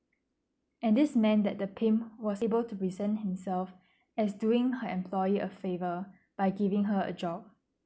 and this man that the paint was able to present himself as doing her employee a favour by giving her a job